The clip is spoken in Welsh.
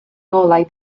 ngolau